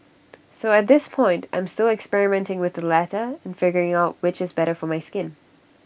so at this point I'm still experimenting with the latter and figuring out which is better for my skin